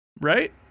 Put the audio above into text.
Right